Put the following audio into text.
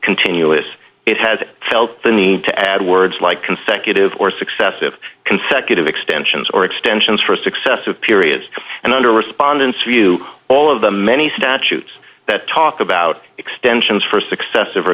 continuous it has felt the need to add words like consecutive or successive consecutive extensions or extensions for successive periods and under respondents view all of the many statutes that talk about extensions for successive